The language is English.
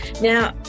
Now